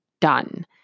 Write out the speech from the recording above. done